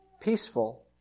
peaceful